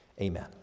Amen